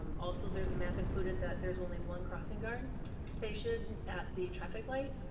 um also, there is a map included that there is only one crossing guard stationed at the traffic light,